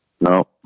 No